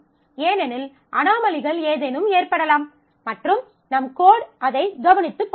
ஏனெனில் அனோமலிகள் ஏதேனும் ஏற்படலாம் மற்றும் நம் கோட் அதை கவனித்துக் கொள்ள வேண்டும்